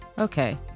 Okay